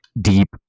deep